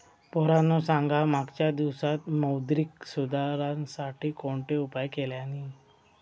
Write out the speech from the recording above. पोरांनो सांगा मागच्या दिवसांत मौद्रिक सुधारांसाठी कोणते उपाय केल्यानी?